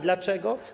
Dlaczego?